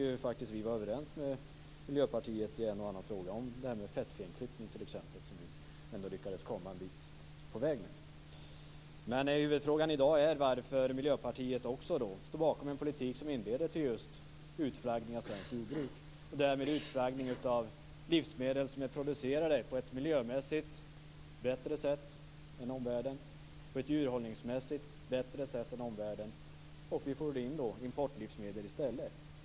Vi kan faktiskt vara överens med Miljöpartiet i en och annan fråga, t.ex. vad gäller fettfenklippning, som vi lyckats komma fram ett stycke på vägen med. Men huvudfrågan i dag är varför också Miljöpartiet står bakom en politik som just inbjuder till utflaggning av svenskt jordbruk och därmed till utflaggning av livsmedel som är producerade på ett miljömässigt och djurhållningsmässigt bättre sätt än omvärldens, samtidigt som vi får in importlivsmedel i stället.